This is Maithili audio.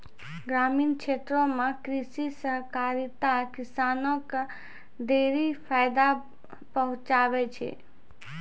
ग्रामीण क्षेत्रो म कृषि सहकारिता किसानो क ढेरी फायदा पहुंचाबै छै